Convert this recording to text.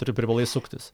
turi privalai suktis